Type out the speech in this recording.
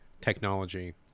technology